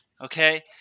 okay